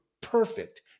perfect